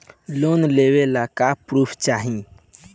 Loan लेवे ला का पुर्फ चाही?